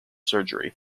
surgery